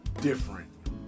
different